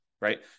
Right